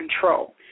control